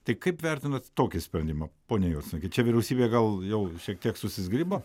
tai kaip vertinat tokį sprendimą pone juodsnuki čia vyriausybė gal jau šiek tiek susizgribo